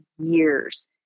years